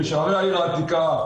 בשערי העיר העתיקה,